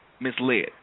misled